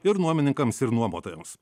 ir nuomininkams ir nuomotojams